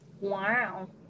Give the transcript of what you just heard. Wow